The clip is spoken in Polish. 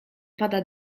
pada